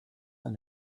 ein